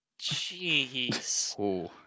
Jeez